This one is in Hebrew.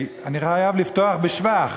אני חייב לפתוח בשבח,